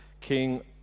King